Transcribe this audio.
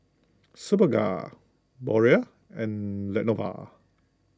Superga Biore and Lenovo